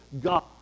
God